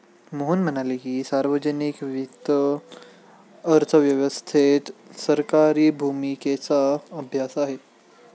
मोहन म्हणाले की, सार्वजनिक वित्त अर्थव्यवस्थेत सरकारी भूमिकेचा अभ्यास आहे